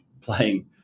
playing